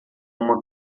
uma